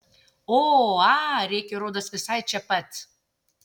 o a rėkė rodos visai čia pat